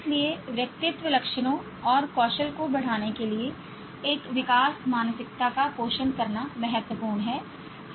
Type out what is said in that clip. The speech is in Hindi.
इसलिए व्यक्तित्व लक्षणों और कौशल को बढ़ाने के लिए एक विकास मानसिकता का पोषण करना महत्वपूर्ण है